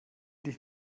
dich